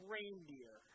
Reindeer